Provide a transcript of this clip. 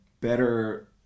better